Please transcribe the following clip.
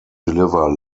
deliver